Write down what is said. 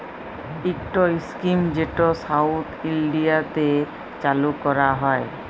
ইকট ইস্কিম যেট সাউথ ইলডিয়াতে চালু ক্যরা হ্যয়